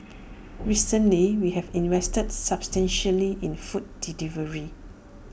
recently we have invested substantially in food delivery